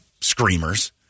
screamers